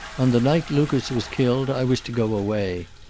on the night lucas was killed i was to go away.